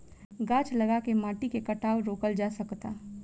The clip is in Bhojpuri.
गाछ लगा के माटी के कटाव रोकल जा सकता